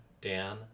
Dan